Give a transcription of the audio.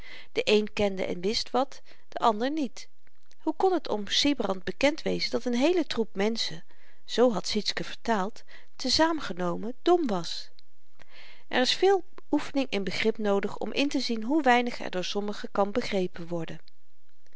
de een kende en wist wat de ander niet hoe kon t oom sybrand bekend wezen dat n heele troep menschen z had sietske vertaald te zaamgenomen dom was er is veel oefening in begrip noodig om intezien hoe weinig er door sommigen kan begrepen worden